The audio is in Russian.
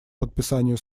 подписанию